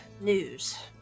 news